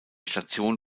station